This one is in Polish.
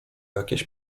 jakieś